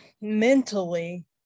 mentally